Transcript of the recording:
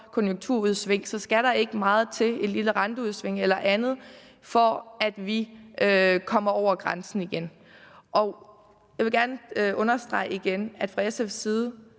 konjunkturudsving, så skal der ikke meget til, blot et lille renteudsving eller andet, for at vi overskrider grænsen igen. Jeg vil gerne igen understrege, at fra SF's side